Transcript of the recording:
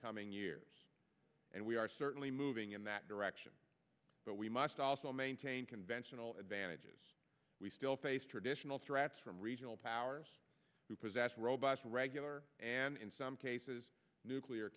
coming years and we are certainly moving in that direction but we must also maintain conventional advantages we still face traditional threats from regional powers who possess robust regular and in some cases nuclear